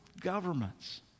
governments